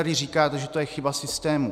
Vy tady říkáte, že to je chyba systému.